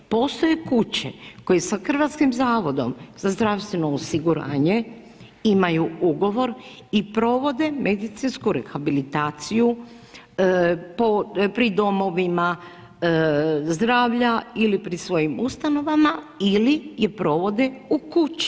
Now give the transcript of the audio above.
Postoje kuće koje sa Hrvatskim zavodom za zdravstveno osiguranje imaju ugovor i provode medicinsku rehabilitaciju pri domovima zdravlja ili pri svojim ustanovama ili je provode u kući.